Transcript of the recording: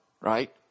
right